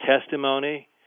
testimony